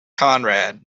conrad